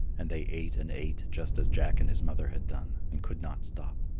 and they ate and ate, just as jack and his mother had done, and could not stop.